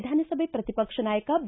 ವಿಧಾನಸಭೆ ಪ್ರತಿ ಪಕ್ಷ ನಾಯಕ ಬಿ